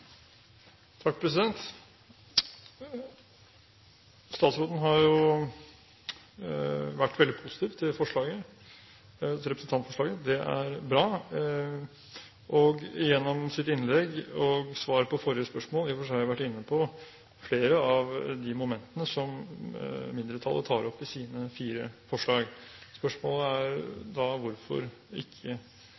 bra. Gjennom sitt innlegg og svar på forrige spørsmål har han i og for seg vært inne på flere av de momentene som mindretallet tar opp i sine fire forslag. Spørsmålet er